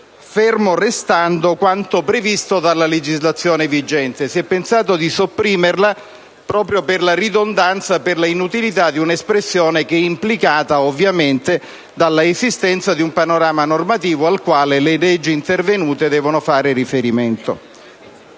«Fermo restando quanto previsto dalla legislazione vigente». Si è pensato di sopprimerla proprio per la ridondanza e l'inutilità di un'espressione che è implicata ovviamente dall'esistenza di un panorama normativo al quale le leggi intervenute devono fare riferimento.